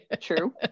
True